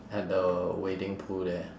at the wading pool there